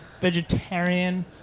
vegetarian